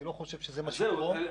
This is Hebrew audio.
אבל אני לא חושב שזה מה שצריך פה.